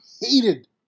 hated